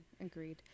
agreed